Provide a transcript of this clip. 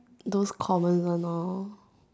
those common one hor